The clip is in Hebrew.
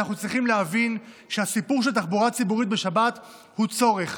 אנחנו צריכים להבין שהסיפור של תחבורה ציבורית בשבת הוא צורך,